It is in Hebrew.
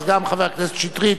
אז גם חבר הכנסת שטרית,